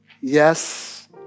yes